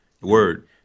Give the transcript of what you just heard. Word